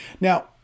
Now